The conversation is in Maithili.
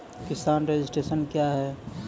किसान रजिस्ट्रेशन क्या हैं?